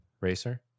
Racer